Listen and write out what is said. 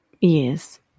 Yes